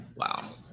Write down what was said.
Wow